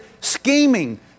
scheming